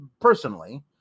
personally